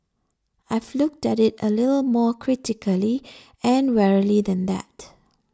I've looked at it a little more critically and warily than that